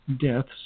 deaths